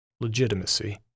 legitimacy